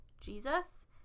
Jesus